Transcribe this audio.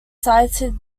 cited